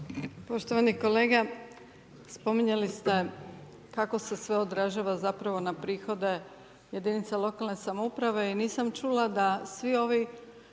Poštovani kolega, spominjali ste kako se sve odražava zapravo na prihode jedinice lokalne samouprave i nisam čula da svi ovi